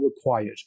required